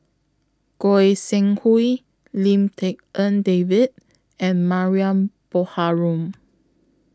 Goi Seng Hui Lim Tik En David and Mariam Baharom